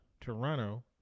Toronto